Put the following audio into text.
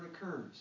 occurs